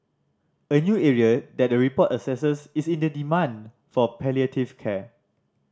a new area that the report assesses is in the demand for palliative care